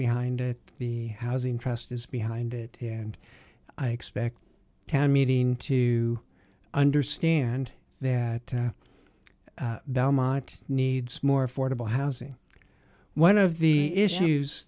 behind it the housing trust is behind it and i expect town meeting to understand that belmont needs more affordable housing one of the issues